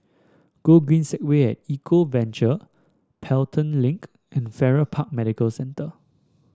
Gogreen Segway at Eco Adventure Pelton Link and Farrer Park Medical Centre